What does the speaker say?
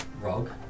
Rog